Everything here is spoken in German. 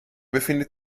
befindet